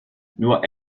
nur